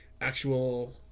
actual